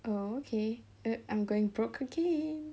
oh okay I I'm going broke again